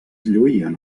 lluïen